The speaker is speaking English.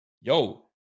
Yo